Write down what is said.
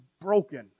broken